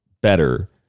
better